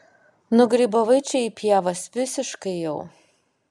nugrybavai čia į pievas visiškai jau